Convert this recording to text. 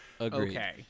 Okay